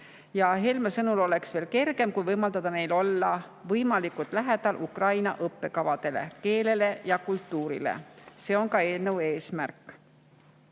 ja Helme sõnul oleks kergem, kui võimaldataks neil olla võimalikult lähedal Ukraina õppekavadele, [ukraina] keelele ja kultuurile. See on ka eelnõu eesmärk.